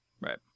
Right